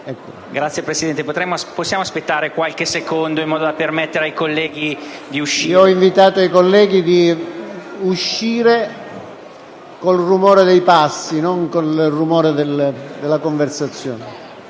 Signor Presidente, possiamo aspettare qualche secondo, in modo da permettere ai colleghi di uscire? PRESIDENTE. Ho invitato i colleghi ad uscire con il rumore dei passi, non con il rumore della conversazione.